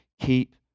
Keep